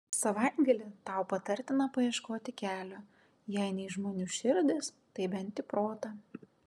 savaitgalį tau patartina paieškoti kelio jei ne į žmonių širdis tai bent į protą